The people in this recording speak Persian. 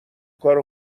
کار